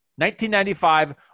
1995